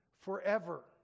forever